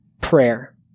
prayer